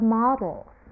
models